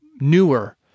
newer